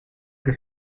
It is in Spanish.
que